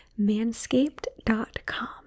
manscaped.com